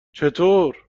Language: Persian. چطور